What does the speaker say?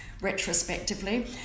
retrospectively